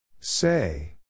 Say